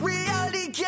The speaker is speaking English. Reality